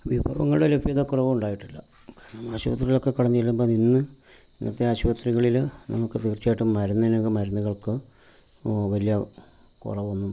വിഭവങ്ങളുടെ ലഭ്യതക്കുറവ് ഉണ്ടായിട്ടില്ല കാരണം ആശുപത്രിയിലൊക്കെ കടന്ന് ചെല്ലുമ്പം ഇന്ന് ഇന്നത്തെ ആശുപത്രികളിൽ നമുക്ക് തീർച്ചയായിട്ടും മരുന്നിനൊക്കെ മരുന്നുകൾക്ക് വലിയ കുറവൊന്നും